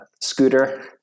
scooter